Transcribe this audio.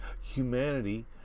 humanity